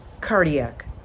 Cardiac